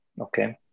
Okay